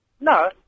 No